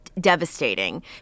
devastating